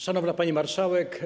Szanowna Pani Marszałek!